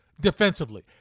defensively